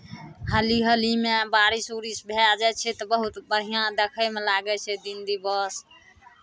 हालि हालिमे बारिश उरिश भए जाइ छै तऽ बहुत बढ़िआँ देखयमे लागै छै दिन दिवस